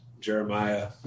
Jeremiah